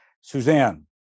Suzanne